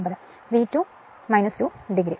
9 V 2 എന്നിവ 2 degree